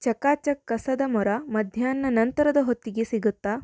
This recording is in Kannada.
ಚಕಾ ಚಕ್ ಕಸದ ಮೊರ ಮಧ್ಯಾಹ್ನ ನಂತರದ ಹೊತ್ತಿಗೆ ಸಿಗುತ್ತಾ